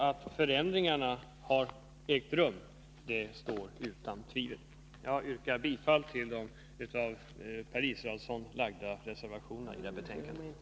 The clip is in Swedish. Att förändringar har ägt rum står utom allt tvivel. Jag yrkar bifall till Per Israelssons reservationer till betänkandet.